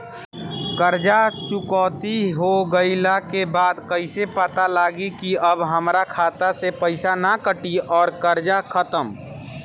कर्जा चुकौती हो गइला के बाद कइसे पता लागी की अब हमरा खाता से पईसा ना कटी और कर्जा खत्म?